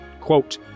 quote